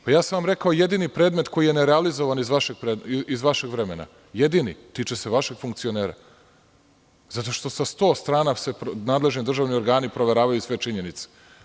Rekao sam vam jedini predmet koji je nerealizovan iz vašeg vremena, jedini, a tiče se vaših funkcionera zato što sa sto strana državni nadležni organi proveravaju sve činjenice.